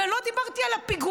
ולא דיברתי על הפיגועים.